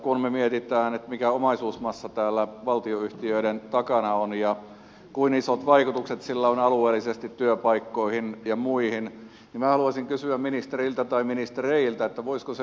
kun me mietimme mikä omaisuusmassa täällä valtionyhtiöiden takana on ja kuinka isot vaikutukset sillä on alueellisesti työpaikkoihin ja muihin minä haluaisin kysyä ministeriltä tai ministereiltä